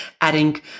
adding